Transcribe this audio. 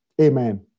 Amen